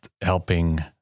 helping